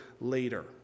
later